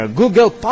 Google